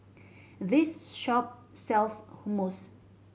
this shop sells Hummus